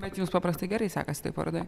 bet jums paprastai gerai sekasi toj parodoj